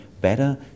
better